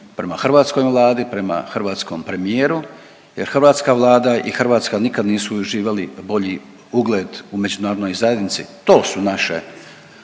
prema hrvatskoj Vladi prema hrvatskom premijeru jer hrvatska Vlada i Hrvatska nikad nisu uživali bolji ugled u Međunarodnoj zajednici. To su naše,